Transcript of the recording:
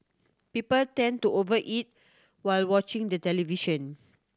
people tend to over eat while watching the television